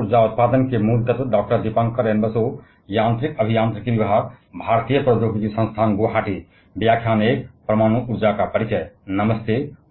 नमस्ते